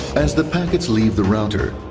as the packets leave the router,